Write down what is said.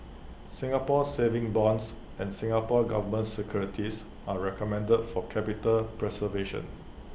Singapore savings bonds and Singapore Government securities are recommended for capital preservation